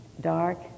dark